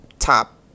Top